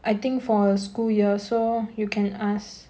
I think for school year so you can ask